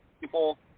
people